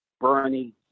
Bernie